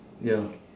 ya